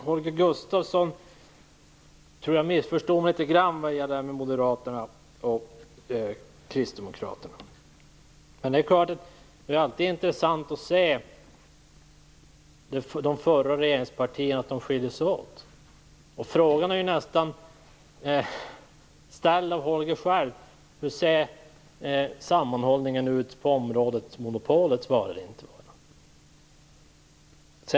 Herr talman! Jag tror att Holger Gustafsson missförstod mig litet grand när det gäller Moderaterna och Kristdemokraterna. Men det är alltid intressant att se att de förra regeringspartierna skiljer sig åt. Frågan är nästan ställd av Holger Gustafsson själv. Hur ser sammanhållningen ut när det gäller monopolets vara eller inte vara?